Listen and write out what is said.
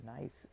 nice